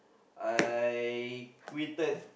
I quitted